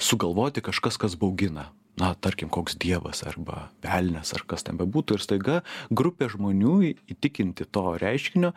sugalvoti kažkas kas baugina na tarkim koks dievas arba velnias ar kas ten bebūtų ir staiga grupė žmonių įtikinti to reiškinio